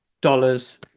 dollars